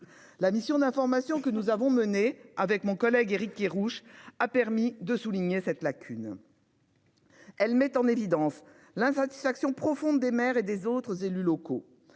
La mission d'information que nous avons menées. Avec mon collègue Éric Kerrouche a permis de souligner cette lacune. Elle met en évidence l'invoque distraction profonde des maires et des autres élus locaux.